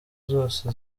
zose